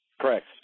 Correct